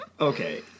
okay